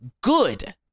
good